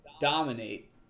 dominate